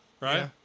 right